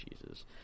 Jesus